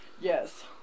Yes